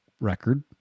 record